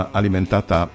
alimentata